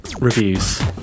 Reviews